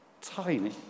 tiny